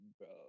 Bro